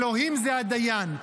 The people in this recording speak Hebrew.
אלוהים זה הדיין.